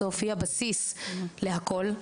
בסוף היא הבסיס להכול,